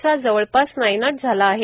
चा जवळपास नायनाट झाला आहे